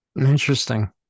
Interesting